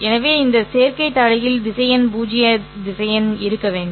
எனவே இந்த சேர்க்கை தலைகீழ் திசையன் பூஜ்ய திசையன் இருக்க வேண்டும்